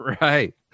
right